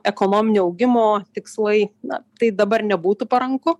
ekonominio augimo tikslai na tai dabar nebūtų paranku